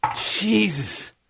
Jesus